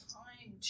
time